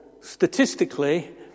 statistically